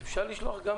אפשר לשלוח גם